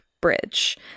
Bridge